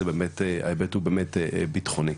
ההיבט הוא באמת בטחוני.